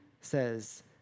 says